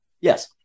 Yes